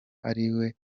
ariwe